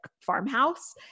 farmhouse